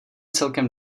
celkem